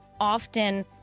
often